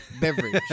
beverage